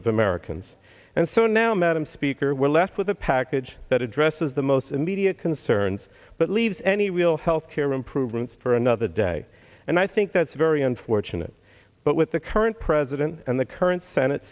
of americans and so now madam speaker we're left with a package that addresses the most immediate concerns but leaves any real health care improvements for another day and i think that's very unfortunate but with the current president and the current senate